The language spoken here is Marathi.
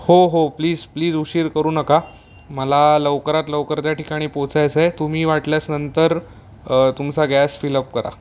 हो हो प्लीज प्लीज उशीर करू नका मला लवकरात लवकर त्या ठिकाणी पोचायचं आहे तुम्ही वाटल्यास नंतर तुमचा गॅस फिल अप करा